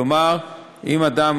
כלומר, אם אדם